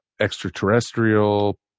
extraterrestrial